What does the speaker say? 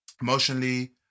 emotionally